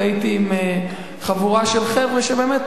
והייתי עם חבורה של חבר'ה שבאמת,